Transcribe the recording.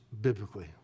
biblically